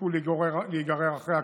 תפסיקו להיגרר אחרי הקיצוניים.